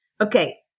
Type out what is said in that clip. Okay